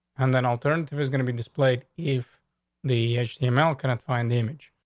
and then alternative is going to be displayed if the email cannot find image,